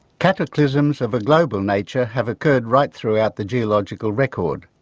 cataclysms of a global nature have occurred right throughout the geological record.